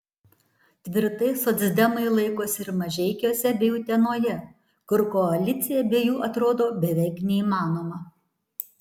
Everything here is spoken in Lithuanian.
tvirtai socdemai laikosi ir mažeikiuose bei utenoje kur koalicija be jų atrodo beveik neįmanoma